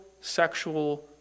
sexual